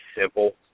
simple